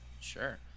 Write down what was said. sure